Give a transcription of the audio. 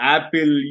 Apple